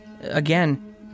Again